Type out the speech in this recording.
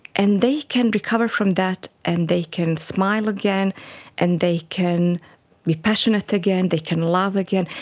and they can recover from that and they can smile again and they can be passionate again, they can love again,